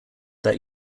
that